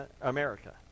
America